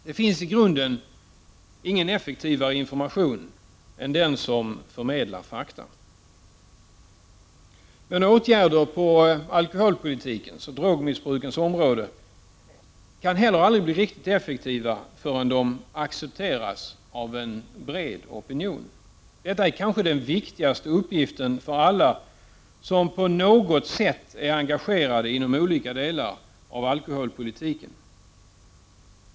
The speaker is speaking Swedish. Det finns i grunden ingen effektivare information än den som förmedlar fakta. Men åtgärder på alkoholpolitikens och drogmissbrukets område kan heller aldrig bli effektiva förrän de accepteras av en bred opinion. Detta är kanske den viktigaste uppgiften för alla som på något sätt är engagerade inom olika delar av alkoholpolitiken.